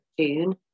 June